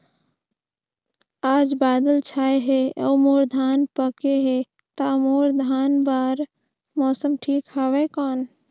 आज बादल छाय हे अउर मोर धान पके हे ता मोर धान बार मौसम ठीक हवय कौन?